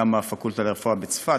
גם הפקולטה לרפואה בצפת,